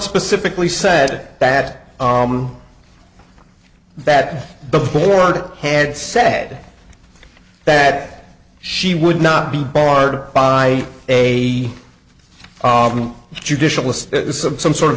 specifically said that that the board had said that she would not be barred by a judicial of some sort of